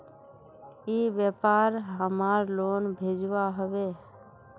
ई व्यापार हमार लोन भेजुआ हभे?